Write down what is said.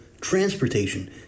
transportation